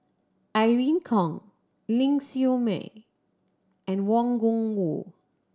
Irene Khong Ling Siew May and Wang Gungwu